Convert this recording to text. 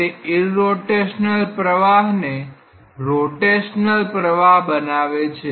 તે ઈરરોટેશનલ પ્રવાહને રોટેશનલ પ્રવાહ બનાવે છે